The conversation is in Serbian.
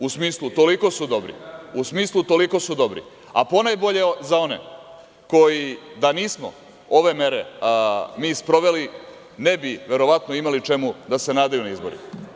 U smislu toliko su dobri, u smislu toliko su dobri, a ponajbolje za one koji, da nismo ove mere mi sproveli, ne bi verovatno imali čemu da se nadaju na izborima.